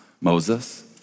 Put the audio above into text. Moses